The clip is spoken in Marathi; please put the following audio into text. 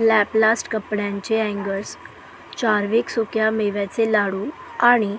लॅपलास्ट कपड्यांचे अँगर्स चार्विक सुक्या मेव्याचे लाडू आणि